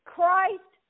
Christ